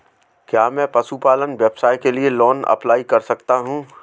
क्या मैं पशुपालन व्यवसाय के लिए लोंन अप्लाई कर सकता हूं?